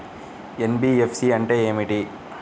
NBFC అంటే ఏమిటి?